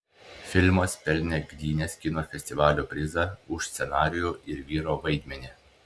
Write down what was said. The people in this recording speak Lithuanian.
filmas pelnė gdynės kino festivalio prizą už scenarijų ir vyro vaidmenį